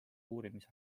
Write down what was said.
uurimise